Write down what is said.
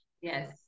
Yes